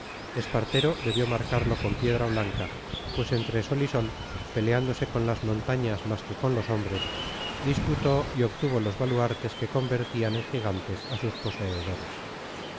aquel espartero debió marcarlo con piedra blanca pues entre sol y sol peleándose con las montañas más que con los hombres disputó y obtuvo los baluartes que convertían en gigantes a sus poseedores